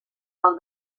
pel